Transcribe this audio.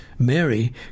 Mary